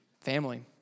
family